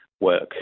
work